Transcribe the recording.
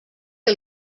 que